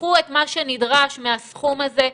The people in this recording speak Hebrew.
קחו את מה שנדרש מהסכום הזה,